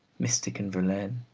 mystic in verlaine.